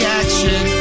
action